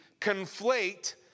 conflate